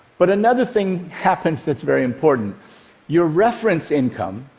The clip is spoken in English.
but another thing happens that's very important your reference income,